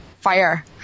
fire